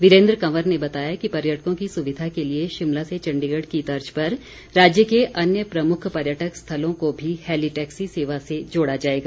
वीरेन्द्र कवर ने बताया कि पर्यटकों की सुविधा के लिए शिमला से चण्डीगढ़ की तर्ज पर राज्य के अन्य प्रमुख पर्यटक स्थलों को भी हैली टैक्सी सेवा से जोड़ा जाएगा